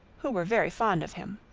who were very fond of him.